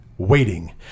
Waiting